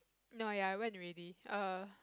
no ya I went already err